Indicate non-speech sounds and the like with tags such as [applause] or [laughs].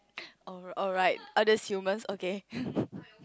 [noise] alright others human okay [laughs]